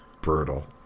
brutal